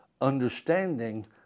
Understanding